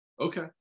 Okay